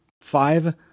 Five